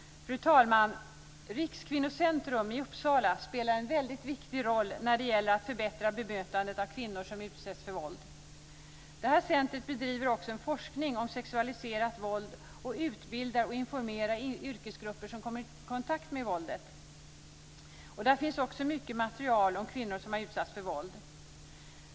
Fru talman! Rikskvinnocentrum i Uppsala spelar en väldigt viktig roll när det gäller att förbättra bemötandet av kvinnor som utsätts för våld. Centret bedriver också forskning kring sexualiserat våld och utbildar och informerar yrkesgrupper som kommer i kontakt med våldet. Där finns också mycket material om kvinnor som har utsatts för våld.